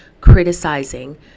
criticizing